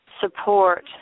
support